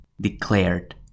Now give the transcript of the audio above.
declared